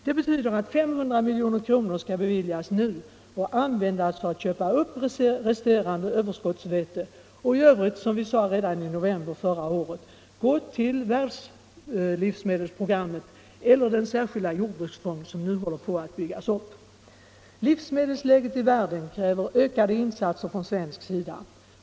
Det betyder att 500 milj.kr. skall beviljas nu och användas för att köpa upp resterande överskottsvete och i övrigt, som vi sade redan i november förra året, gå till världslivsmedelsprogrammet eller den särskilda jordbruksfond som håller på att byggas upp. Livsmedelsläget i världen kräver ökade insatser från svensk sida.